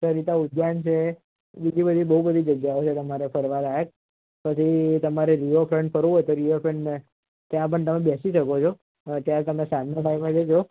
સરિતા ઉદ્યાન છે અને બીજી બધી બહુ બધી જગ્યાઓ છે તમારે ફરવા લાયક પછી તમારે રિવરફ્રન્ટ ફરવું હોય તો રિવરફ્રન્ટને ત્યાં પણ તમે બેસી શકો છો ત્યાં તમે સાંજના ટાઈમે જજો